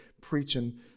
preaching